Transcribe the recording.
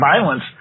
violence